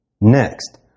Next